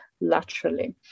laterally